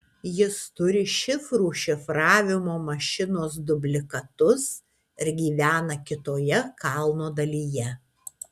jis turi šifrų šifravimo mašinos dublikatus ir gyvena kitoje kalno dalyje